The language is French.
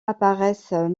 apparaissent